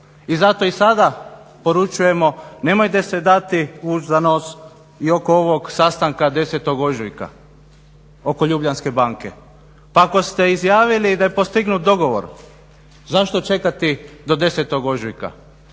I zato i sada poručujemo nemojte se dati vući za nos i oko ovog sastanka 10. ožujka oko Ljubljanske banke. Pa ako ste izjavili da je postignut dogovor zašto čekati do 10. ožujka?